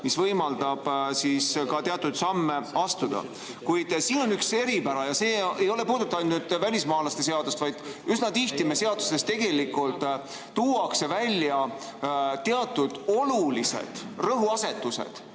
mis võimaldab teatud samme astuda. Kuid siin on üks eripära ja see ei puuduta ainult välismaalaste seadust. Nimelt, üsna tihti meie seadustes tegelikult tuuakse välja teatud olulised rõhuasetused